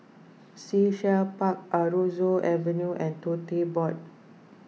Sea Shell Park Aroozoo Avenue and Tote Board